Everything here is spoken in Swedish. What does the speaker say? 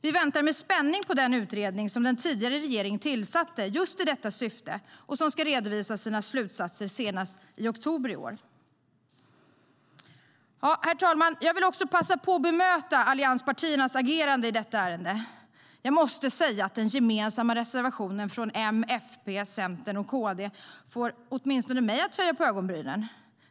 Vi väntar med spänning på den utredning som den tidigare regeringen tillsatte i just detta syfte och som ska redovisa sina slutsatser senast i oktober i år. Herr talman! Jag vill passa på att bemöta allianspartiernas agerande i detta ärende. Jag måste säga att den gemensamma reservationen från M, FP, C och KD får åtminstone mig att höja på ögonbrynen.